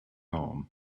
home